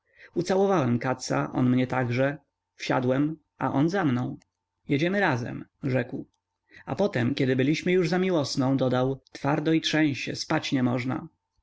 ucałowałem katza on mnie także wsiadłem on za mną jedziemy razem rzekł a potem kiedy byliśmy już za miłosną dodał twardo i trzęsie spać nie można